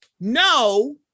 No